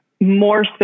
more